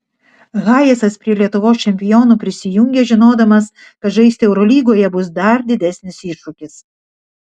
hayesas prie lietuvos čempionų prisijungė žinodamas kad žaisti eurolygoje bus dar didesnis iššūkis